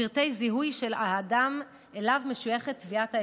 פרטי זיהוי של האדם שאליו משויכת טביעת האצבעות.